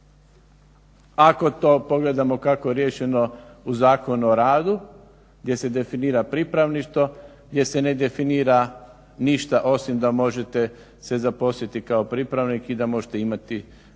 Ako to pogledamo kako je riješeno u Zakonu o radu gdje se definira pripravništvo, gdje se ne definira ništa osim da možete se zaposliti kao pripravnik i da možete imati manju